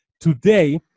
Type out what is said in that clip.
Today